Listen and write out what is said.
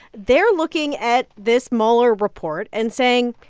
they're looking at this mueller report and saying,